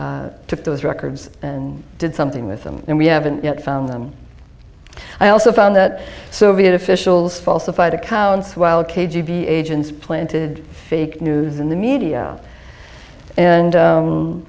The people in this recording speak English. b took those records and did something with them and we haven't yet found them i also found that soviet officials falsified accounts while k g b agents planted fake news in the media and